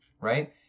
right